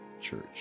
Church